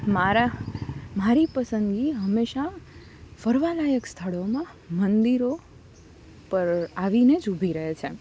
મારા મારી પસંદગી હંમેશાં ફરવા લાયક સ્થળોમાં મંદિરો પર આવીને જ ઉભી રહે છે